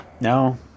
No